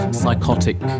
psychotic